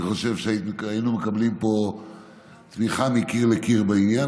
אני חושב שהיינו מקבלים פה תמיכה מקיר לקיר בעניין,